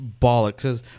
bollocks